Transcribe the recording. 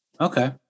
Okay